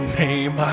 name